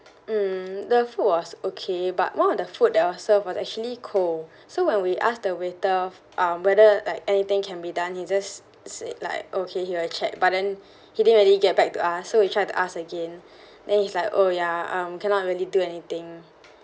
mm the food okay but one of the food I was served was actually cold so when we ask the waiter if um whether like anything can be done he just say like okay he'll check but and he didn't really get back to us so we try to ask again then he's like oh ya I'm cannot really do anything